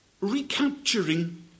recapturing